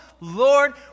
Lord